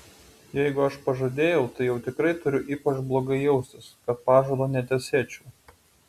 jeigu aš pažadėjau tai jau tikrai turiu ypač blogai jaustis kad pažado netesėčiau